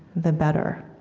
the better